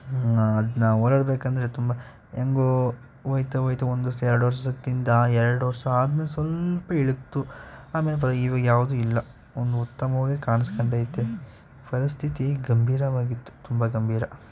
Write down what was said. ಅದು ನಾವು ಓಡಾಡಬೇಕೆಂದ್ರೆ ತುಂಬ ಹೆಂಗೋ ಹೋಯ್ತ ಹೋಯ್ತ ಒಂದು ವರ್ಷ ಎರ್ಡು ವರ್ಷಕ್ಕಿಂತ ಎರ್ಡು ವರ್ಷ ಆದ್ಮೇಲೆ ಸ್ವಲ್ಪ ಇಳುಕಿತು ಆಮೇಲೆ ಬರೀ ಇವಾಗ್ಯಾವುದು ಇಲ್ಲ ಒಂದು ಉತ್ತಮವಾಗಿಯೇ ಕಾಣಿಸ್ಕೊಂಡೈತೆ ಪರಿಸ್ಥಿತಿ ಗಂಭೀರವಾಗಿತ್ತು ತುಂಬ ಗಂಭೀರ